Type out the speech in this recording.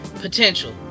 potential